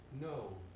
No